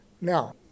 Now